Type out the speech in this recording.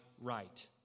right